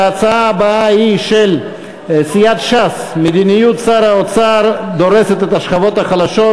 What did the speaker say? ההצעה הבאה היא של סיעת ש"ס: מדיניות שר האוצר דורסת את השכבות החלשות,